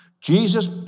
Jesus